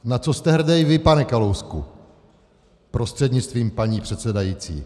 Na co jste hrdý vy, pane Kalousku prostřednictvím paní předsedající?